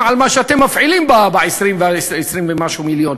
על מה שאתם מפעילים ב-20 ומשהו מיליון,